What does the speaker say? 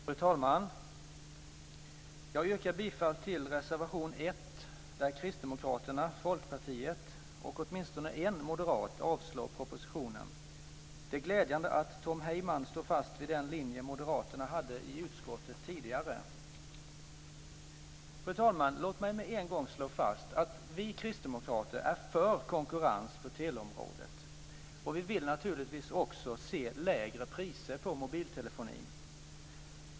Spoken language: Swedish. Fru talman! Jag yrkar bifall till reservation 1, där Kristdemokraterna, Folkpartiet och åtminstone en moderat avslår propositionen. Det är glädjande att Tom Heyman står fast vid den linje moderaterna hade i utskottet tidigare. Fru talman! Låt mig med en gång slå fast att vi kristdemokrater är för konkurrens på teleområdet. Vi vill naturligtvis också se lägre priser på mobiltelefonin.